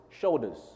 shoulders